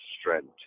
strength